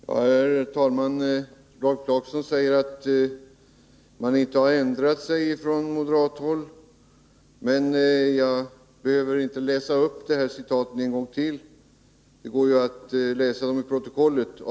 Herr talman! Rolf Clarkson säger att man inte har ändrat sig från moderat håll. Jag behöver inte läsa upp citaten en gång till. Det går att läsa dem i protokollet.